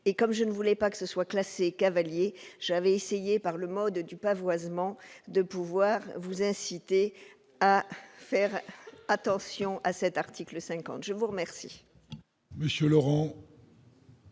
et comme je ne voulais pas que ce soit classée cavalier, j'avais essayé par le mode du pavoisement de pouvoir vous inciter à faire attention à cet article 50, je vous remercie. Monsieur Laurent.